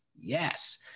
yes